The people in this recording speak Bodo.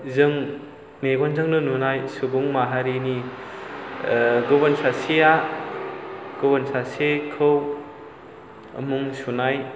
जों मेगनजोंनो नुनाय सुबुं माहारिनि गुबुन सासेया गुबुन सासेखौ मुं सुनाय